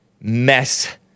mess